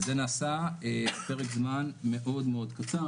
זה נעשה בפרק זמן מאוד מאוד קצר,